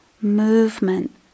movement